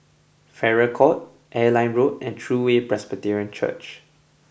Farrer Court Airline Road and True Way Presbyterian Church